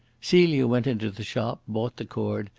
celia went into the shop, bought the cord,